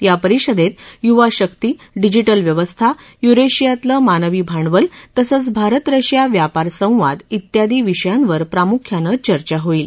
या परिषदेत युवा शक्ति डिजिटल व्यवस्था यूरेशियातलं मानवी भांडवल तसंच भारत रशिया व्यापार संवाद ियादी विषयांवर प्रामुख्यानं चर्चा होईल